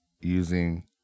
using